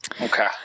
Okay